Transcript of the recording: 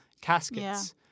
caskets